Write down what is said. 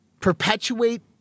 perpetuate